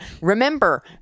Remember